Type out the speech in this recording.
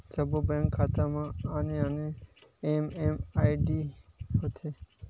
सब्बो बेंक खाता म आने आने एम.एम.आई.डी होथे